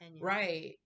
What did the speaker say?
Right